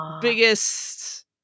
biggest